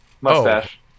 Mustache